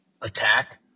attack